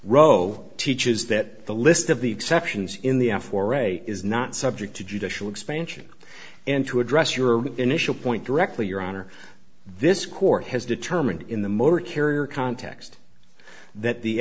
roe teaches that the list of the exceptions in the f or a is not subject to judicial expansion and to address your initial point directly your honor this court has determined in the motor carrier context that the